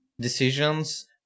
decisions